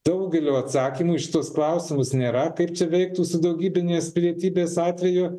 daugelių atsakymų iš šituos klausimus nėra kaip čia veiktų su daugybinės pilietybės atveju